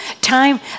time